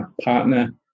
partner